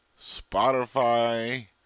Spotify